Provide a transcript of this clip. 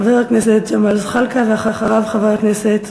חבר הכנסת ג'מאל זחאלקה, ואחריו, חבר הכנסת